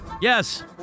Yes